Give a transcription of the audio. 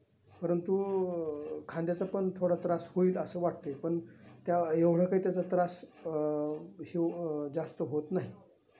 परंतु खांद्याचा पण थोडा त्रास होईल असं वाटतं आहे पण त्या एवढं काही त्याचा त्रास हिव जास्त होत नाही